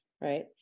right